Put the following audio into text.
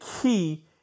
key